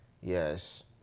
Yes